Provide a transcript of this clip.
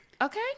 okay